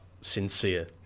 sincere